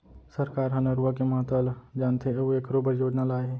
सरकार ह नरूवा के महता ल जानथे अउ एखरो बर योजना लाए हे